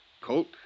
Colt